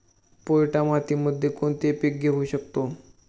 पोयटा मातीमध्ये कोणते पीक घेऊ शकतो?